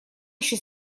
еще